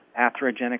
atherogenic